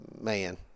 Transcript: man